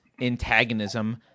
antagonism